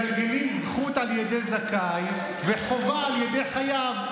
מגלגלין זכות על ידי זכאי וחובה על ידי חייב.